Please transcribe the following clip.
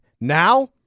Now